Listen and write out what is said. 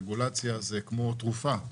רגולציה היא כמו תרופה.